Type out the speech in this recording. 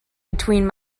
between